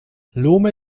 lomé